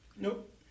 Nope